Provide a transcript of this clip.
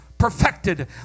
Perfected